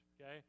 okay